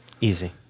Easy